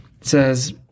says